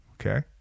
Okay